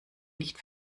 nicht